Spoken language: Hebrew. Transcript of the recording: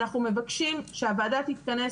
אנחנו מבקשים שהוועדה תתכנס,